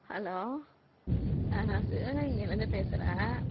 hello நான் சிவகங்கையில் இருந்து பேசுகிறேன்